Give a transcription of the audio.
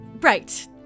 Right